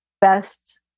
best